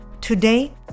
Today